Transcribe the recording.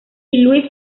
luis